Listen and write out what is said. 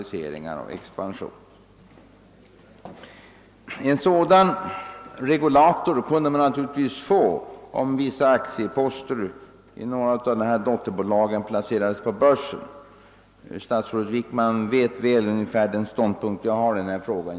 En sådan mätare kunde man få, om vissa aktieposter i dotterbolagen placerades på börsen. Statsrådet Wickman vet väl vilken ståndpunkt jag intar i denna fråga.